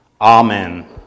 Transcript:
Amen